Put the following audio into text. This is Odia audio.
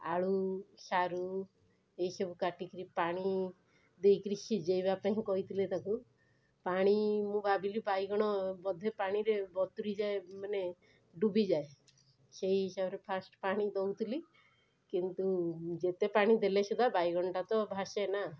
ଆଳୁ ସାରୁ ଏହିସବୁ କାଟିକିରି ପାଣି ଦେଇକିରି ସିଜେଇବାପାଇଁ କହିଥିଲେ ତାକୁ ପାଣି ମୁଁ ଭାବିଲି ବାଇଗଣ ବୋଧେ ପାଣିରେ ବତୁରିଯାଏ ମାନେ ଡୁବିଯାଏ ସେହିହିସାବରେ ଫାଷ୍ଟ ପାଣି ଦଉଥିଲି କିନ୍ତୁ ଯେତେ ପାଣି ଦେଲେ ସୁଦ୍ଧା ବାଇଗଣଟା ତ ଭାସେନା